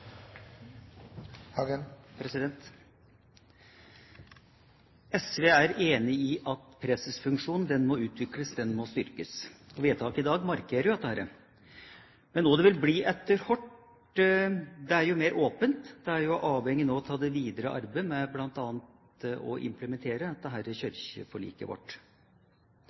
enig i at presesfunksjonen må utvikles, den må styrkes. Vedtaket i dag markerer dette, men hva det vil bli etter hvert, er mer åpent. Det er avhengig av det videre arbeidet med bl.a. å implementere kirkeforliket. Det